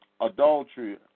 adultery